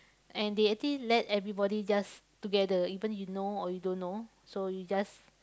and they actually let everybody just together even you know or you don't know so you just